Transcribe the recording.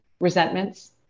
resentments